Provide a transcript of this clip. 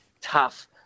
tough